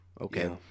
Okay